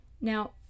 Now